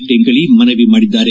ಟೆಂಗಳ ಮನವಿ ಮಾಡಿದ್ದಾರೆ